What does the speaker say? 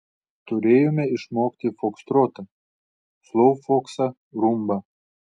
turėjome išmokti fokstrotą sloufoksą rumbą